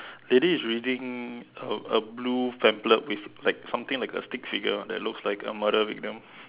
Daddy is reading a a blue pamphlet with like something like a stick figure that looks like a murder victim